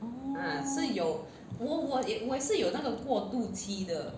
orh